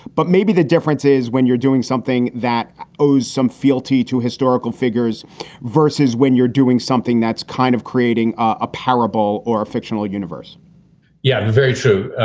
but maybe the difference is when you're doing something that owes some fealty to historical figures versus when you're doing something that's kind of creating a parable or a fictional universe yeah, very true.